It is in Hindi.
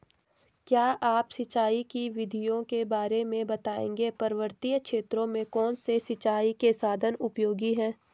क्या आप सिंचाई की विधियों के बारे में बताएंगे पर्वतीय क्षेत्रों में कौन से सिंचाई के साधन उपयोगी हैं?